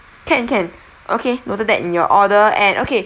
can can okay noted that in your order and okay